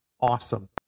awesome